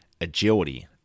Agility